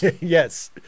Yes